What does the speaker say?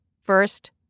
first